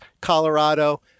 Colorado